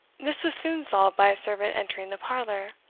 this was soon solved by a servant entering the parlour